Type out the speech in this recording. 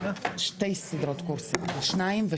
יש שתי סדרות של קורסים, בכל סדרה יש שניים.